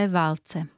válce